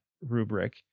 rubric